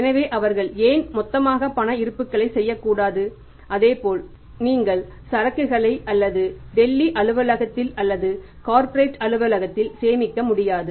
எனவே அவர்கள் ஏன் மொத்தமாக பண இருப்புக்களை செய்யக்கூடாது அதே போல் நீங்கள் சரக்குகளை அல்லது டெல்லி அலுவலகத்தில் அல்லது கார்ப்பரேட் அலுவலகத்தில் சேமிக்க முடியாது